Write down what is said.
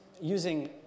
using